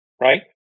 right